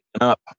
up